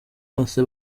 bose